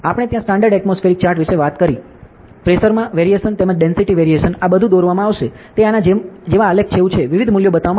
આપણે ત્યાં standard atmospheric chart વિશે વાત કરી પ્રેશરમાં વેરીએશન તેમજ ડેંસિટી વેરીએશન આ બધું દોરવામાં રવામાં આવશે તે આના જેવા આલેખ જેવું છે વિવિધ મૂલ્યો બતાવવામાં આવશે